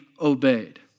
obeyed